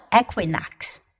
equinox